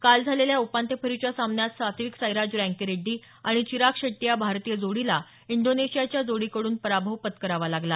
काल झालेल्या उपान्त्य फेरीच्या सामन्यात सात्विक साईराज रँकीरेड्डी आणि चिराग शेट्टी या भारतीय जोडीला इंडोनेशियाच्या जोडीकडून पराभव पत्करावा लागला